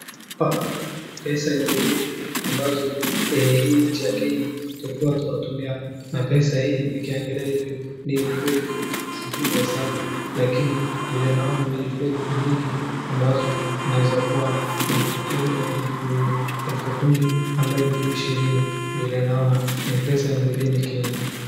Hapa naona pesa ya mbeleni ambazo hii nchi ya kenya tulikuwa tunatumia, na pesa hii nikiangalia hivi ni elfu elfu sijui nihesabu lakini vile naona ni elfu elfu mingi ambazo inaweza kuwa elfu kumi ama elfu ishirini, vile naona ni pesa ya mbeleni kenya.